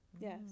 Yes